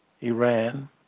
Iran